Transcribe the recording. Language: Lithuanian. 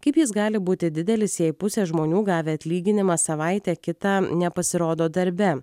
kaip jis gali būti didelis jei pusė žmonių gavę atlyginimą savaitę kitą nepasirodo darbe